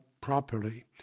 properly